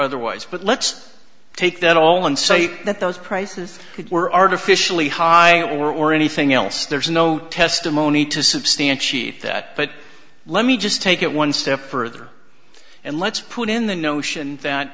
otherwise but let's take that all and say that those prices were artificially high or anything else there's no testimony to substantiate that but let me just take it one step further and let's put in the notion that